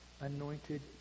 anointed